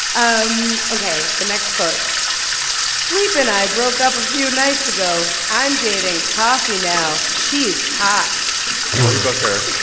um ok. the next quote sleep and i broke up a few nights ago. i'm dating coffee now. she's hot cory booker